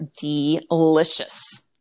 delicious